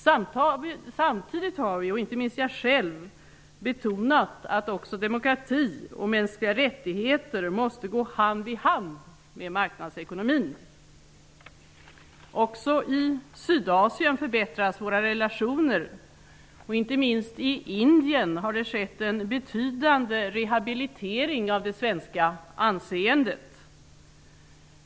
Samtidigt har vi, inte minst jag själv, betonat att också demokrati och mänskliga rättigheter måste gå hand i hand med marknadsekonomin. Våra relationer med Sydasien förbättras också. Inte minst i Indien har det skett en betydande rehabilitering av det svenska anseendet.